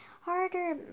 Harder